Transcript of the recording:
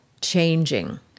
changing